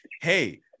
Hey